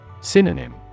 Synonym